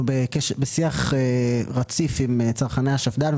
אנחנו בשיח רציף עם צרכני השפד"ן,